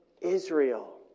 Israel